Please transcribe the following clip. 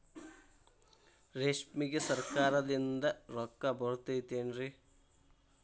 ರೇಷ್ಮೆಗೆ ಸರಕಾರದಿಂದ ರೊಕ್ಕ ಬರತೈತೇನ್ರಿ?